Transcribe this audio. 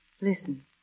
Listen